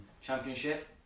Championship